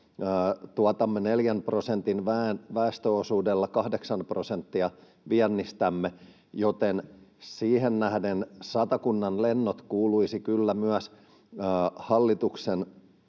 tuotamme neljän prosentin väestöosuudella kahdeksan prosenttia viennistämme — niin siihen nähden Satakunnan lennot kuuluisivat kyllä myös hallituksen